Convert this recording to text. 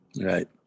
right